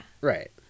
Right